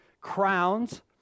Crowns